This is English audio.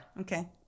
Okay